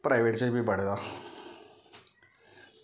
private च बी पढ़े दा